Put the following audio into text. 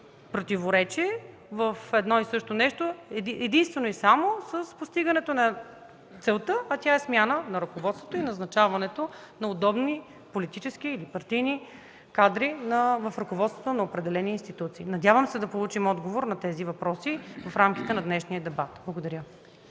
противоречие в едно и също нещо единствено и само с постигането на целта, а тя е смяна на ръководството и назначаването на удобни политически или партийни кадри в ръководствата на определени институции? Надявам се да получим отговор на тези въпроси в рамките на днешния дебат. Благодаря.